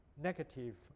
negative